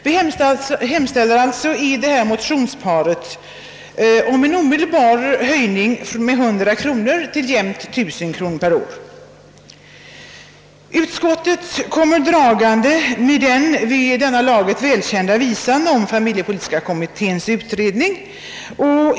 Vi hemställer alltså i detta motionspar om en omedelbar höjning med 100 kronor till jämt 1000 kronor per år. Utskottet kommer dragande med den vid det här laget välkända argumenteringen om familjepolitiska kommitténs utredning.